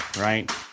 right